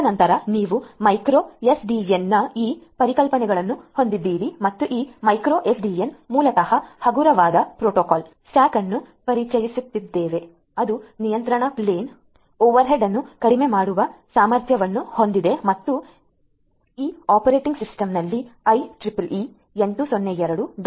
ತದನಂತರ ನೀವು ಮೈಕ್ರೊ SDNನ ಈ ಪರಿಕಲ್ಪನೆಗಳನ್ನು ಹೊಂದಿದ್ದೀರಿ ಮತ್ತು ಈ ಮೈಕ್ರೊ ಎಸ್ಡಿಎನ್ ಮೂಲತಃ ಹಗುರವಾದ ಪ್ರೋಟೋಕಾಲ್ ಸ್ಟ್ಯಾಕ್ ಅನ್ನು ಪರಿಚಯಿಸುತ್ತದೆ ಅದು ನಿಯಂತ್ರಣ ಪ್ಲೇನ್ ಓವರ್ಹೆಡ್ ಅನ್ನು ಕಡಿಮೆ ಮಾಡುವ ಸಾಮರ್ಥ್ಯವನ್ನು ಹೊಂದಿದೆ ಮತ್ತು ಈ ಆಪರೇಟಿಂಗ್ ಸಿಸ್ಟಮ್ನಲ್ಲಿ ಐಇಇಇ 802